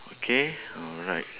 okay alright